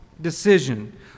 decision